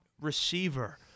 receiver